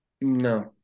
no